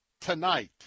tonight